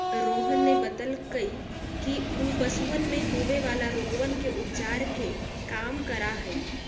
रोहन ने बतल कई कि ऊ पशुवन में होवे वाला रोगवन के उपचार के काम करा हई